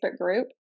group